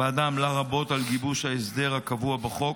הוועדה עמלה רבות על גיבוש ההסדר הקבוע בחוק,